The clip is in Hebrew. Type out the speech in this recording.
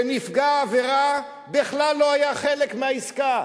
כשנפגע העבירה בכלל לא היה חלק מהעסקה.